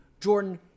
Jordan